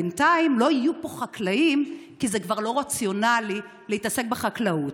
ובינתיים לא יהיו פה חקלאים כי זה כבר לא רציונלי להתעסק בחקלאות.